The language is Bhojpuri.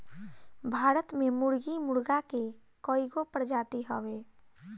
भारत में मुर्गी मुर्गा के कइगो प्रजाति हवे